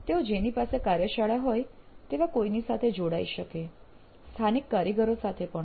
તેઓ જેની પાસે કાર્યશાળા હોય તેવા કોઈની સાથે જોડાઈ શકે સ્થાનિક કારીગરો સાથે પણ